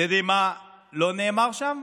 אתם יודעים מה לא נאמר שם?